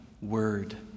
word